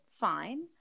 fine